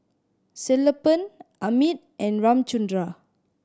Sellapan Amit and Ramchundra